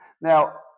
Now